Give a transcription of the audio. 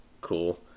Cool